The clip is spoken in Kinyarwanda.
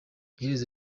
iherezo